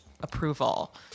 approval